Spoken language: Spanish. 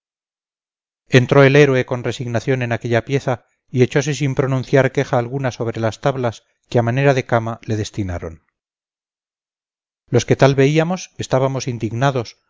entró el héroe con resignación en aquella pieza y echose sin pronunciar queja alguna sobre las tablas que a manera de cama le destinaron los que tal veíamos estábamos indignados